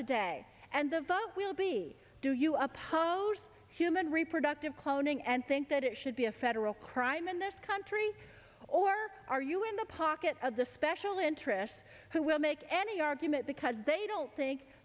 today and the vote will be do you oppose human reproductive cloning and think that it should be a federal crime in this country or are you in the pocket of the special interests who will make any argument because they don't think